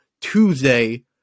Tuesday